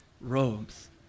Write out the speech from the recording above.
robes